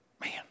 man